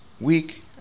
Week